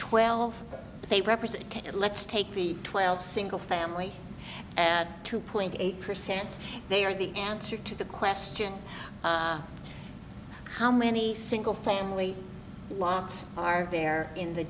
twelve they represent it let's take the twelve single family two point eight percent they are the answer to the question how many single family lots are there in the